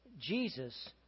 Jesus